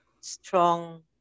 strong